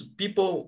people،